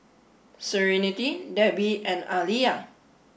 serenity Debby and Aaliyah